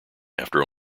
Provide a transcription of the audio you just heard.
after